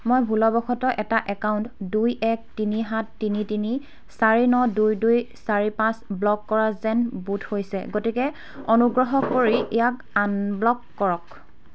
মই ভুলবশতঃ এটা একাউণ্ট দুই এক তিনি সাত তিনি তিনি চাৰি ন দুই দুই চাৰি পাঁচ ব্লক কৰা যেন বোধ হৈছে গতিকে অনুগ্ৰহ কৰি ইয়াক আনব্লক কৰক